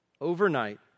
Overnight